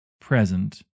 present